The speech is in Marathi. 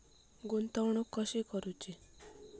गुंतवणूक कशी करूची?